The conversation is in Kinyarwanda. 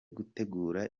gutegura